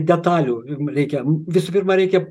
detalių jum reikia visų pirma reikia